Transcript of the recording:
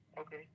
okay